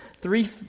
three